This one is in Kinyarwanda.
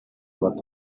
bato